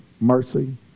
mercy